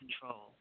control